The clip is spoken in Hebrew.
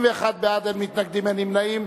31 בעד, אין מתנגדים, אין נמנעים.